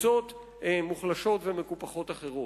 קבוצות מוחלשות ומקופחות אחרות.